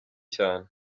cyane